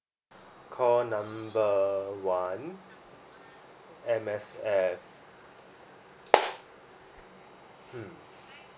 call number one M_S_F hmm